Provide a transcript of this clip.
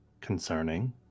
concerning